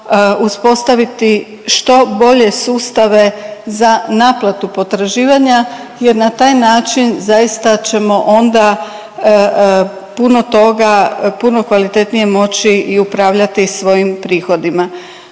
uspostaviti što bolje sustave za naplatu potraživanja jer na taj način zaista ćemo onda puno toga, puno kvalitetnije moći i upravljati svojim prihodima.